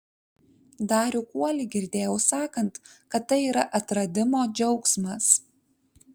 darių kuolį girdėjau sakant kad tai yra atradimo džiaugsmas